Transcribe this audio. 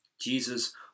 Jesus